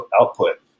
output